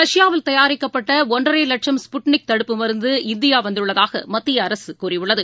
ரஷ்பாவில் தயாரிக்கப்பட்டஒன்றரைலட்சம் ஸ்புட்னிக் தடுப்பு மருந்து இந்தியாவந்துள்ளதாகமத்தியஅரசுகூறியுள்ளது